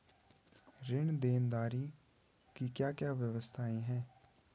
ऋण देनदारी की क्या क्या व्यवस्थाएँ हैं?